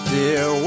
Dear